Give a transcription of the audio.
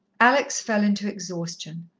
alex fell into exhaustion,